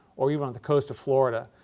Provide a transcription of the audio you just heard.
or even on the coast of florida.